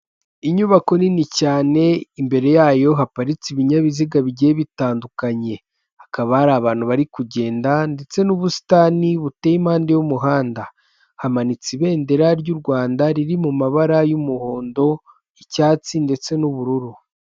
Inyubako nini cyane, imbere yayo haparitse ibinyabiziga bigiye bitandukanye, hakaba hari abantu bari kugenda ndetse n'ubusitani buteye impande y'umuhanda, hamanitse ibendera ry'u Rwanda riri mu mabara y'umuhondo, icyatsi ndetse n'ubururu.